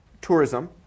tourism